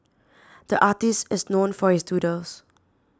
the artist is known for his doodles